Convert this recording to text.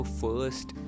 first